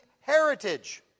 heritage